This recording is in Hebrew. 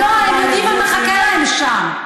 לא, הם יודעים מה מחכה להם שם.